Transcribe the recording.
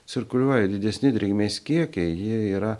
cirkuliuoja didesni drėgmės kiekiai jie yra